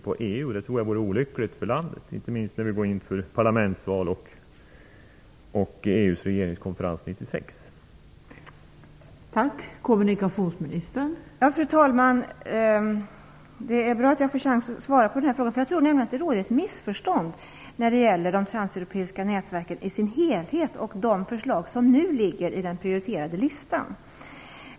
Jag tror att det vore olyckligt för landet, inte minst när vi går in för parlamentsval till EU och EU:s regeringskonferens 1996.